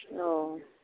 औ